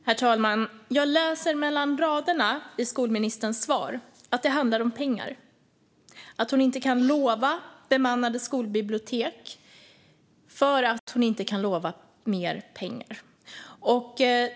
Herr talman! Jag läser mellan raderna i skolministerns svar att det handlar om pengar, att hon inte kan lova bemannade skolbibliotek eftersom hon inte kan lova mer pengar.